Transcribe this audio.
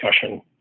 discussion